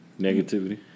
Negativity